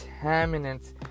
contaminants